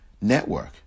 network